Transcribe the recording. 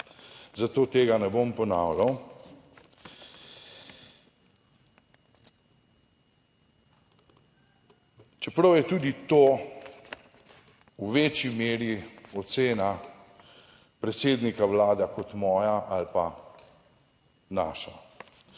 zato tega ne bom ponavljal, čeprav je tudi to v večji meri ocena predsednika vlade kot moja ali pa naša,